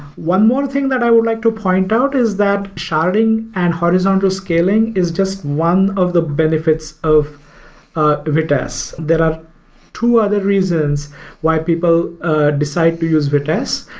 one more thing that i would like to point out is that sharding and horizontal scaling is just one of the benefits of ah vitess. there are two other reasons why people ah decide to use vitess.